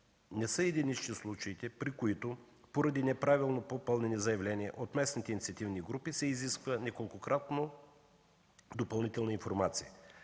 Не са единични случаите, при които поради неправилно попълнени заявления от местните инициативни групи се изисква неколкократно допълнителна информация.